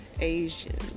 asian